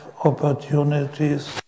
Opportunities